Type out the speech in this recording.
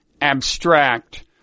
abstract